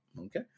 Okay